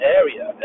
area